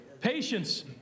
Patience